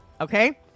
Okay